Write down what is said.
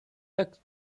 lacs